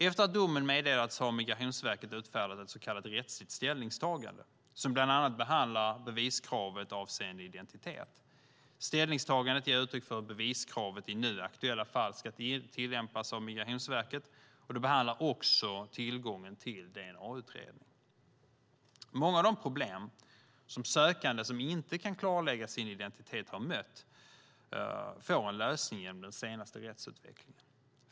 Efter att domen meddelats har Migrationsverket utfärdat ett så kallat rättsligt ställningstagande som bland annat behandlar beviskravet avseende identitet. Ställningstagandet ger uttryck för att beviskravet i nu aktuella fall ska tillämpas av Migrationsverket, och det behandlar också tillgången till dna-utredning. Många av de problem som sökande som inte kan klargöra sin identitet har mött får en lösning genom den senaste rättsutvecklingen.